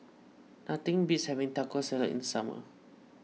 nothing beats having Taco Salad in the summer